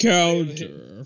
Counter